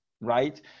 right